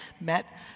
met